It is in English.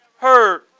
heard